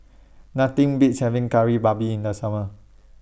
Nothing Beats having Kari Babi in The Summer